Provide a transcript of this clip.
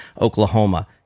Oklahoma